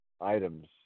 items